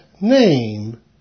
name